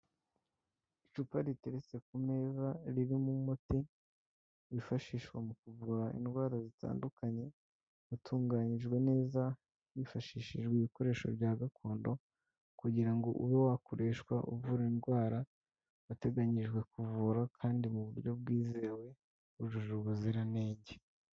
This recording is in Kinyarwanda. Icupa riteretse ku meza ririmo umuti wifashishwa mu kuvura indwara zitandukanye, watunganyijwe neza hifashishijwe ibikoresho bya gakondo kugira ngo ube wakoreshwa uvura indwara wateganyijwe kuvura kandi mu buryo bwizewe, wujuje ubuziranenge.